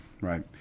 right